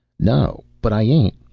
no, but i ain't.